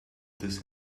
this